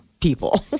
people